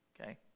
okay